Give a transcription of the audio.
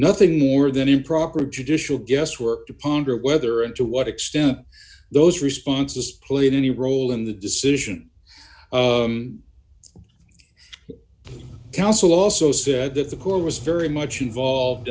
nothing more than improper judicial guesswork to ponder whether and to what extent those responses played any role in the decision counsel also said that the quote was very much involved